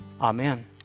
Amen